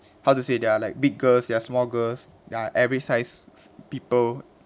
how to say there are like big girls there are small girls there are every size of people